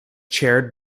chaired